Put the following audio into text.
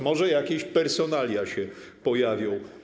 Może jakieś personalia się pojawią.